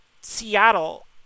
Seattle